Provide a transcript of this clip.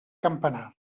campanar